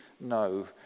no